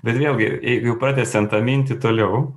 bet vėlgi jei jau pratęsiant mintį toliau